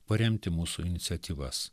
paremti mūsų iniciatyvas